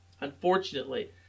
Unfortunately